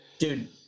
Dude